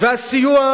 והסיוע,